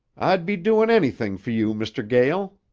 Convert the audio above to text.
i'd be doin' anything fer you, mr. gael.